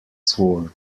sword